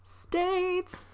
states